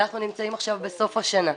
אנחנו נמצאים עכשיו בסוף השנה.